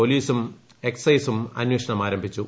പോലീസും എക്സൈസും അന്വേഷണം ആരംഭിച്ചു